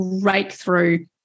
breakthrough